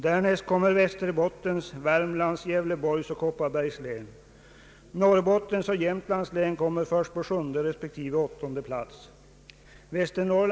Därnäst kommer Västerbottens, Värmlands, Gävleborgs och Kopparbergs län. Norrbottens och Jämtlands län kommer först på sjunde respektive åttonde plats.